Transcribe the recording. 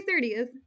30th